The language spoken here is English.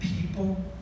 people